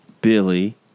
Billy